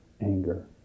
anger